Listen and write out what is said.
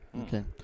Okay